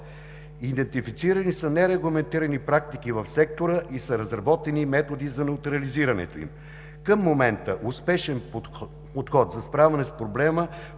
Идентифицирани са нерегламентирани практики в сектора и са разработени методи за неутрализирането им. Успешен подход за справяне с проблема